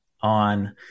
on